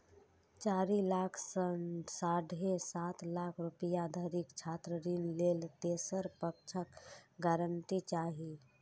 चारि लाख सं साढ़े सात लाख रुपैया धरिक छात्र ऋण लेल तेसर पक्षक गारंटी चाही